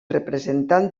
representant